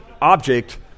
object